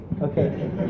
Okay